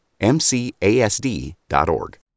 MCASD.org